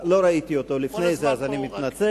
לא ראיתי אותו לפני זה, אני מתנצל.